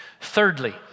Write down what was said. Thirdly